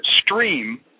stream